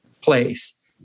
place